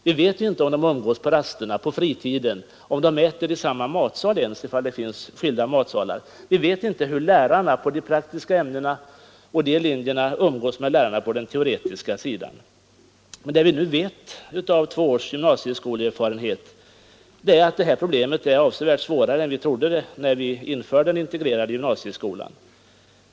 Vi vet inte om de umgås på rasterna eller på fritiden. Vi vet inte ens om de äter i samma matsal — om det finns skilda matsalar. Vi vet inte hur lärarna i de praktiska ämnena umgås med lärarna på den teoretiska sidan. Men det vi vet av två års erfarenhet av gymnasieskolan är att det här problemet är avsevärt mycket svårare än vi trodde när vi införde den integrerade gymnasieskolan.